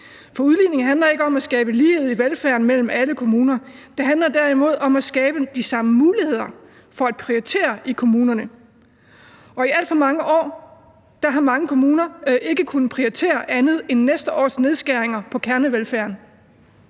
For udligning handler ikke om at skabe lighed i velfærd mellem alle kommuner. Det handler derimod om at skabe de samme muligheder for at prioritere i kommunerne. I alt for mange år har mange kommuner ikke kunnet prioritere andet end næste års nedskæringer på kernevelfærden,